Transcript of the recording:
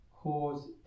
cause